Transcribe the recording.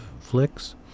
flicks